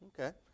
Okay